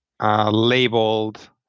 Labeled